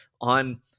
on